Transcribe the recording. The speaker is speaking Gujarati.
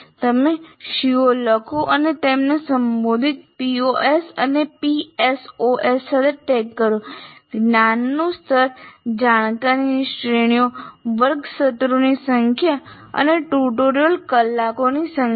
તમે CO લખો અને તેમને સંબોધિત POs અને PSOs સાથે ટેગ કરો જ્ઞાનનું સ્તરજાણકારીની શ્રેણીઓ વર્ગ સત્રોની સંખ્યા અને ટ્યુટોરીયલ કલાકોની સંખ્યા